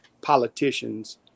politicians